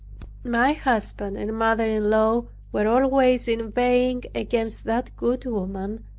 my husband and mother-in-law were always inveighing against that good woman,